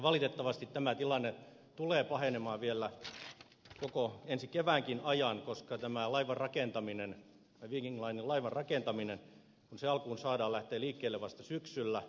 valitettavasti tämä tilanne tulee pahenemaan vielä koko ensi keväänkin ajan koska tämä viking linen laivan rakentaminen kun se alkuun saadaan lähtee liikkeelle vasta syksyllä